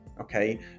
okay